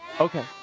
Okay